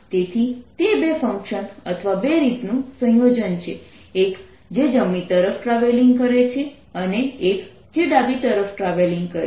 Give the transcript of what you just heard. તેથી તે બે ફંકશન અથવા બે રીતનું સંયોજન છે એક જે જમણી તરફ ટ્રાવેલિંગ કરે છે અને એક જે ડાબી તરફ ટ્રાવેલિંગ કરે છે